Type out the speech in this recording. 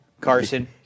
Carson